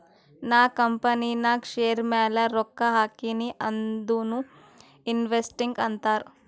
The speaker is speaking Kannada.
ನಾ ಕಂಪನಿನಾಗ್ ಶೇರ್ ಮ್ಯಾಲ ರೊಕ್ಕಾ ಹಾಕಿನಿ ಅದುನೂ ಇನ್ವೆಸ್ಟಿಂಗ್ ಅಂತಾರ್